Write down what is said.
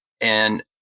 And-